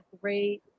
great